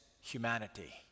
humanity